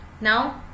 Now